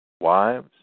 Wives